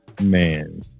man